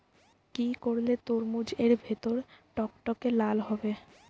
কি করলে তরমুজ এর ভেতর টকটকে লাল হবে?